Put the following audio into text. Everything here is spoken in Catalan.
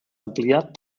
ampliat